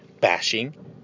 bashing